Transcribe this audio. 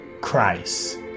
Christ